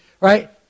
right